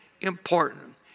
important